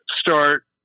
start